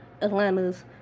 Atlanta's